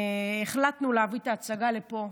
החלטנו להביא את ההצגה לפה.